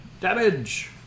Damage